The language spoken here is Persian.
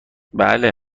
بله